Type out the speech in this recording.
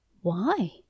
Why